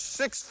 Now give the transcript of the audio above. six